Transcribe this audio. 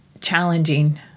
challenging